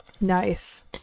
nice